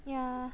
yeah